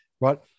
Right